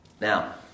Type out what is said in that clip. Now